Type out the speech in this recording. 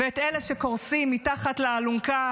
ואת אלה שקורסים מתחת לאלונקה